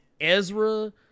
Ezra